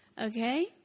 Okay